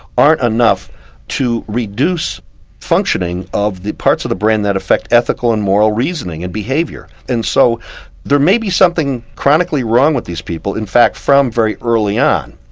are enough to reduce functioning of the parts of the brain that affect ethical and moral reasoning and behaviour. and so there may be something chronically wrong with these people, in fact from very early on,